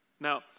Now